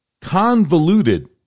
Convoluted